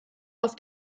auf